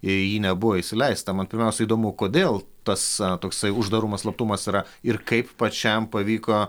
į jį nebuvo įsileista man pirmiausia įdomu kodėl tas toksai uždarumas slaptumas yra ir kaip pačiam pavyko